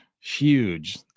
huge